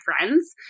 friends